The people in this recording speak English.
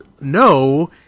no